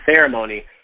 ceremony